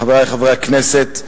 חברי חברי הכנסת,